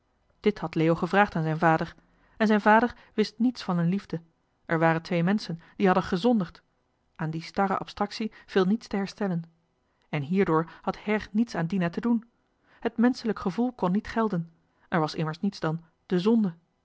dit had leo gevraagd aan zijn vader en zijn vader wist niets van een liefde er waren twee menschen die hadden gezondigd aan die starre abstractie viel niets te herstellen en hierdoor had her niets aan dina te doen het menschelijk gevoel kon niet gelden er was immers niets dan de zonde